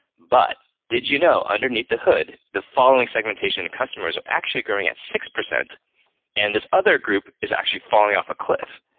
but did you know underneath the hood the following segmentation of customers are actually growing at six percent and this other group is actually falling off a cliff.